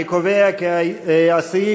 אני קובע כי סעיף